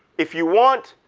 if you want,